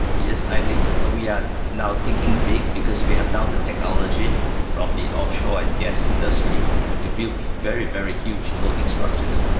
yes, i think we are now thinking big because we have now the technology from the offshore and gas industry to build very, very huge floating structures.